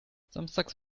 samstags